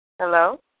Hello